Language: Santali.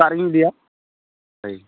ᱥᱮᱛᱟᱜ ᱨᱮᱜᱮᱧ ᱤᱫᱤᱭᱟ ᱦᱳᱭ